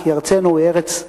כי ארצנו היא ארץ מתחדשת,